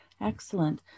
Excellent